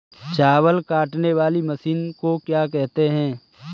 चावल काटने वाली मशीन को क्या कहते हैं?